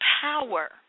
power